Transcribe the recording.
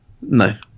No